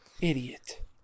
Idiot